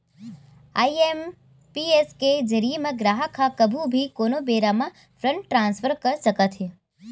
IMPS के जरिए म गराहक ह कभू भी कोनो बेरा म फंड ट्रांसफर कर सकत हे